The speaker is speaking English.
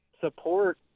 support